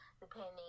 depending